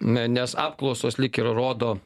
na nes apklausos lyg ir rodo